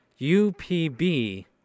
UPB